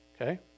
Okay